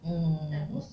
mm